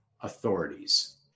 authorities